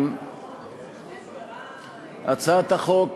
הצעת החוק